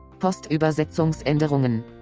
Postübersetzungsänderungen